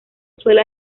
suele